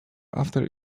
after